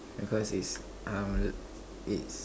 because it's uh it's